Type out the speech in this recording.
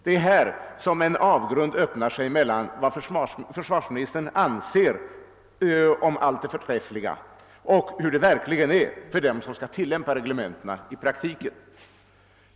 Det är här som en avgrund öppnar sig mellan vad försvarsministern anser om allt det förträffliga och hur det verkligen är för dem som skall tillämpa reglementena i praktiken.